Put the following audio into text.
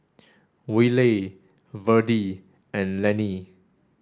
Wylie Verdie and Lennie